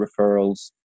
referrals